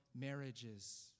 marriages